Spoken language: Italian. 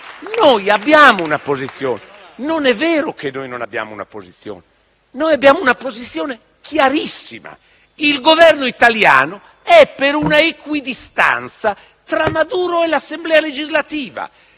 Noi abbiamo una posizione; non è vero che noi non l'abbiamo. Noi abbiamo una posizione chiarissima: il Governo italiano è per una equidistanza tra Maduro e l'Assemblea legislativa.